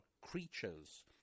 creatures